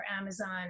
Amazon